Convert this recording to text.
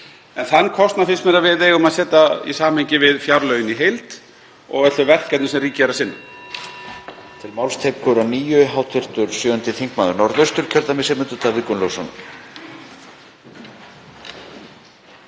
En þann kostnað finnst mér að við eigum að setja í samhengi við fjárlögin í heild og öll þau verkefni sem ríkið sinnir.